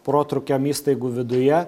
protrūkiam įstaigų viduje